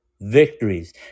victories